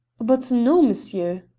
but no, monsieur.